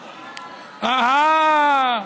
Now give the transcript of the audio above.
אהה.